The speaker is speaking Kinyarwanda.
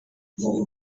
ariko